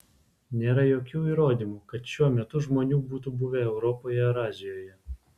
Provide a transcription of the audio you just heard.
nėra jokių įrodymų kad šiuo metu žmonių būtų buvę europoje ar azijoje